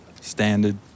standard